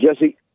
Jesse